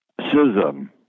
schism